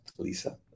Lisa